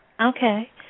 Okay